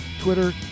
Twitter